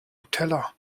nutella